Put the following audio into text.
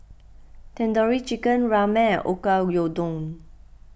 Tandoori Chicken Ramen and Oyakodon